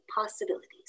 possibilities